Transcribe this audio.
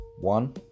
One